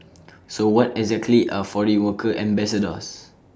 so what exactly are foreign worker ambassadors